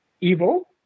Evil